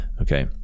Okay